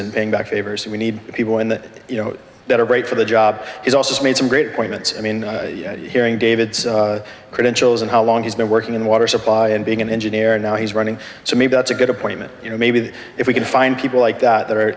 and paying back favors and we need people in the you know that are great for the job has also made some great points i mean hearing david's credentials and how long he's been working in the water supply and being an engineer and now he's running so maybe that's a good appointment you know maybe if we can find people like that that are